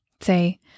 Say